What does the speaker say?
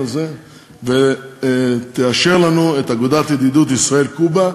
הזה ותאשר לנו את אגודת ידידות ישראל קובה,